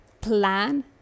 plan